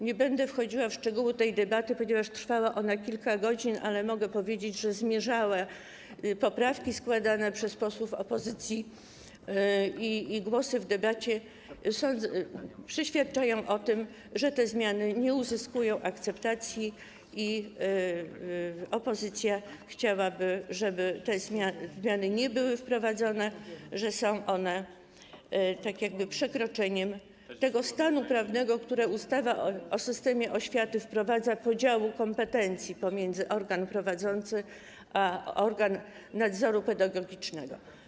Nie będę wchodziła w szczegóły debaty, ponieważ trwała ona kilka godzin, ale mogę powiedzieć, że poprawki składane przez posłów opozycji i głosy w debacie świadczą o tym, że zmiany nie uzyskują akceptacji i opozycja chciałaby, żeby te zmiany nie były wprowadzone, bo są one tak jakby przekroczeniem stanu prawnego, który ustawa o systemie oświaty wprowadza, jeżeli chodzi o podział kompetencji pomiędzy organ prowadzący a organ nadzoru pedagogicznego.